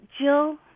Jill